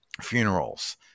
funerals